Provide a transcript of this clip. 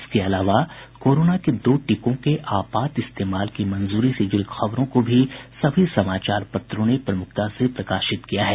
इसके अलावा कोरोना के दो टीकों के आपात इस्तेमाल की मंजूरी से जुड़ी खबरों को भी सभी समाचार पत्रों ने प्रमुखता से प्रकाशित किया है